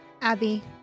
Abby